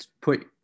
put